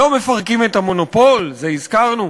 לא מפרקים את המונופול, זה הזכרנו.